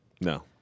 No